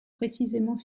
précisément